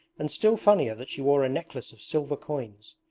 and still funnier that she wore a necklace of silver coins.